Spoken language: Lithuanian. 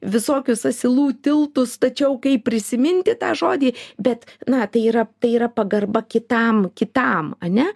visokius asilų tiltus stačiau kaip prisiminti tą žodį bet na tai yra tai yra pagarba kitam kitam ane